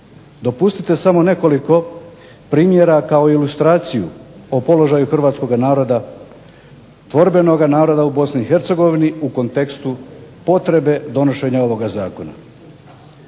Dopustite samo nekoliko primjera kao ilustraciju o položaju hrvatskoga naroda, tvorbenoga naroda u BiH u kontekstu potrebe donošenja ovoga zakona.